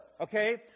Okay